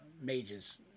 mages